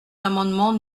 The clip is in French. l’amendement